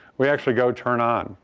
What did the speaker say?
we actually go turn on.